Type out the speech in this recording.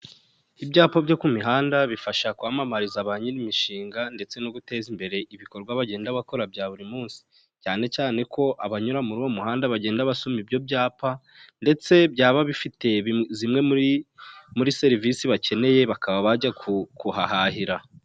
Ibyapa byo ku mihanda bifasha kwamamariza ba nyir'imishinga ndetse no guteza imbere ibikorwa bagenda bakora bya buri munsi, cyane cyane ko abanyura muri uwo muhanda bagenda basoma ibyo byapa ndetse byaba bifite zimwe muri serivisi bakeneye bakaba bajya kuhahahira.